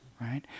right